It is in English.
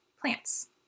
plants